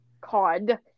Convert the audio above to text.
Cod